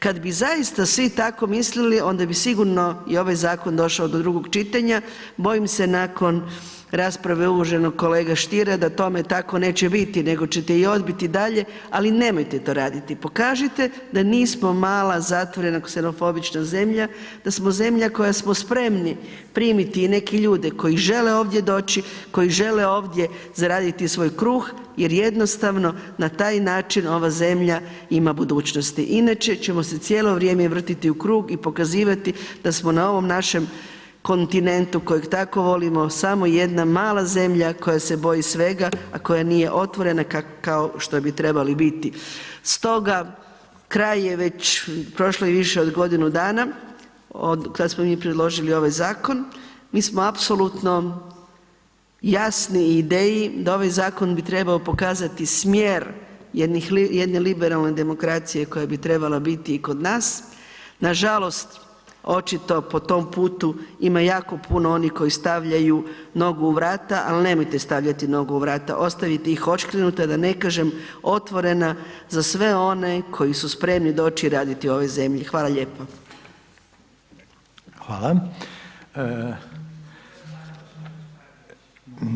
Kad bi zaista svi tako mislili onda bi sigurno i ovaj zakona došao do drugog čitanja, bojim se nakon rasprave uvaženog kolege Stiera da tome tako neće biti nego ćete i odbiti dalje ali nemojte to raditi, pokažite da nismo mala zatvorena ksenofobična zemlja, da smo zemlja koja smo spremni primiti i neke ljude koji žele ovdje doći, koji žele ovdje zaraditi svoj kruh jer jednostavno na taj način ova zemlja ima budućnosti inače ćemo se cijelo vrijeme vrtiti u krug i pokazivati da smo na ovom našem kontinentu kojeg tako volimo, samo jedna jedna mala zemlja koja se boji svega a koja nije otvorena ko što bi trebali biti stoga kraj je već, prošlo je više godinu dana otkad smo mi predložili ovaj zakon, mi smo apsolutno jasni ideji da ovaj zakon bi trebao pokazati smjer jedne liberalne demokracije koja bi trebala biti i kod i kod nas, nažalost, očito po tom putu ima jako puno onih koji stavljaju nogu u vrata ali nemojte stavljati nogu u vrata, ostavite ih odškrinuta da neka kažem, otvorena za sve one koji su spremni doći i raditi u ovoj zemlji, hvala lijepo.